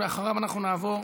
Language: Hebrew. ואחריו נעבור,